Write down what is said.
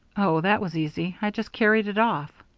oh, that was easy. i just carried it off.